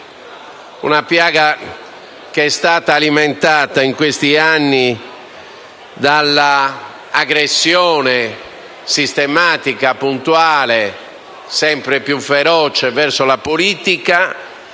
una piaga che è stata alimentata in questi anni dall'aggressione sistematica, puntuale e sempre più feroce verso la politica